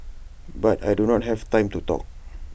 but I do not have time to talk